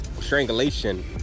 strangulation